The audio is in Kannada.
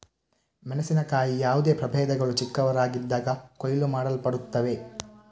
ಮೆಣಸಿನಕಾಯಿಯ ಯಾವುದೇ ಪ್ರಭೇದಗಳು ಚಿಕ್ಕವರಾಗಿದ್ದಾಗ ಕೊಯ್ಲು ಮಾಡಲ್ಪಡುತ್ತವೆ